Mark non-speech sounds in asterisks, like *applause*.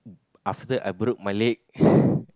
after I broke my leg *breath*